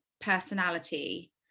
personality